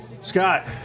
Scott